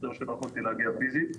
מצטער שלא יכולתי להגיע פיזית.